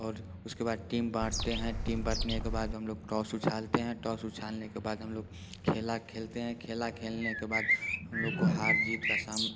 और उसके बाद टीम बाँटते हैं टीम बाटने के बाद में हम लोग टॉस उछालते हैं टॉस उछालने के बाद हम लोग खेल खलते हैं खेल खेलने के बाद हम लोग को हार जीत का साम